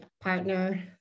partner